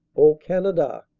o canada,